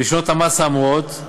בשנות המס האמורות,